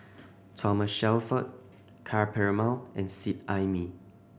Thomas Shelford Ka Perumal and Seet Ai Mee